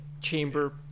chamber